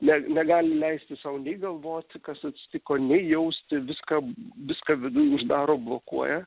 ne negali leisti sau nei galvoti kas atsitiko nei jausti viską viską viduj uždaro blokuoja